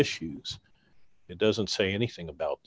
issues it doesn't say anything about